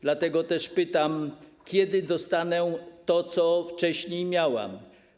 Dlatego też pytam, kiedy dostanę to, co wcześniej miałam.